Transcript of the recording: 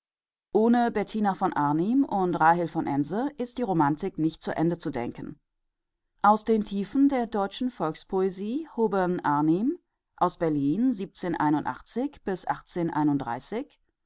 ohne bettina von arnim und rahel varnhagen von ense ist die romantik nicht zu ende zu denken aus den tiefen der deutschen volkspoesie hoben arnim aus berlin